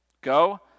Go